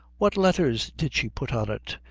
what letthers did she put on it?